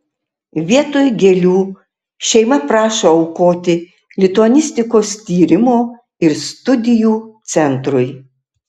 vietoj gėlių šeima prašo aukoti lituanistikos tyrimo ir studijų centrui